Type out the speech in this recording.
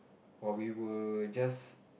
while we were just